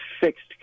fixed